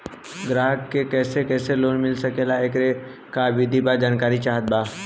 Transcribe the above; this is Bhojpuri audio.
ग्राहक के कैसे कैसे लोन मिल सकेला येकर का विधि बा जानकारी चाहत बा?